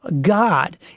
God